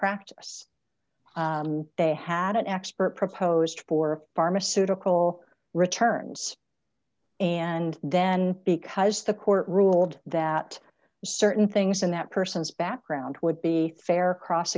practice they had an expert proposed for pharmaceutical returns and then because the court ruled that certain things in that person's background would be fair cross